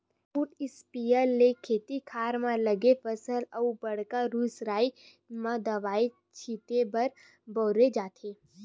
foot sprayer ल खेत खार म लगे फसल अउ बड़का रूख राई म दवई छिते बर बउरे जाथे